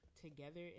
together